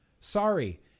Sorry